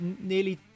nearly